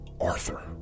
Arthur